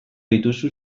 dituzu